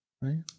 right